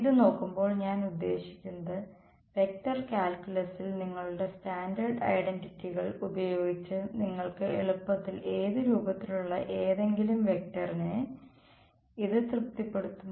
ഇത് നോക്കുമ്പോൾ ഞാൻ ഉദ്ദേശിക്കുന്നത് വെക്റ്റർ കാൽക്കുലസിൽ നിങ്ങളുടെ സ്റ്റാൻഡേർഡ് ഐഡന്റിറ്റികൾ ഉപയോഗിച്ച് നിങ്ങൾക്ക് എളുപ്പത്തിൽ ഏത് രൂപത്തിലുള്ള ഏതെങ്കിലും വെക്റ്ററിനെ ഇത് തൃപ്തിപ്പെടുത്തുo